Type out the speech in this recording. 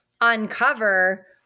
uncover